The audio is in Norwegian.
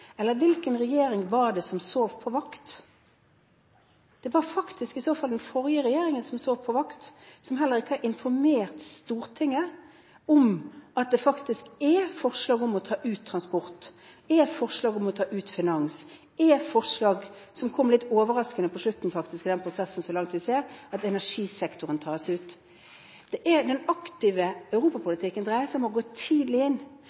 Eller: Hvilken regjering var det som sov på vakt? Det var i så fall den forrige regjeringen som sov på vakt, og som heller ikke informerte Stortinget om at det faktisk var forslag om å ta ut transport, forslag om å ta ut finans og forslag – som kom litt overraskende på slutten av den prosessen vi så langt har sett – om at energisektoren tas ut. Det er det den aktive